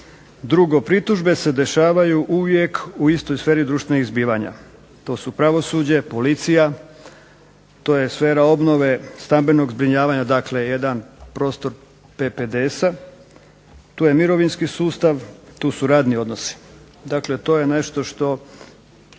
Drugo, pritužbe se dešavaju uvijek u istoj sferi društvenih zbivanja. To su pravosuđe, policija, to je sfera obnove stambenog zbrinjavanja, dakle jedan prostor PPDS-a, tu je mirovinski sustav, tu su radni odnosi. Dakle, to je nešto što